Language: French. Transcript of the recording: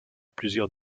plusieurs